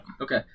Okay